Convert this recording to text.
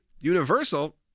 Universal